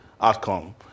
outcome